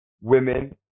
Women